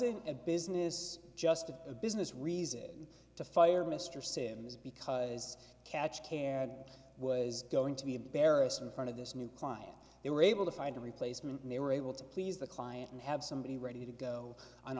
wasn't a business just a business reason to fire mr sims because catch karen was going to be embarrassed in front of this new client they were able to find a replacement and they were able to please the client and have somebody ready to go on